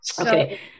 Okay